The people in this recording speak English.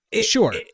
Sure